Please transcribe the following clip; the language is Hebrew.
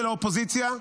של האופוזיציה,